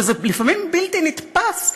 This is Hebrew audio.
וזה לפעמים בלתי נתפס,